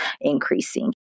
increasing